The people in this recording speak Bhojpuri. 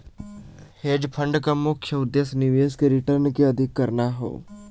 हेज फंड क मुख्य उद्देश्य निवेश के रिटर्न के अधिक करना हौ